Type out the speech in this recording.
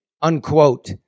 unquote